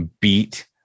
beat